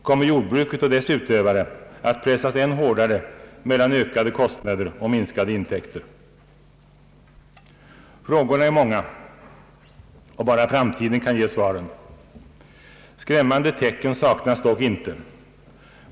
Kommer jordbruket och dess utövare att pressas än hårdare mellan ökade kostnader och minskade intäkter? Frågorna är många och bara framtiden kan ge svaret. Skrämmande tecken saknas dock inte.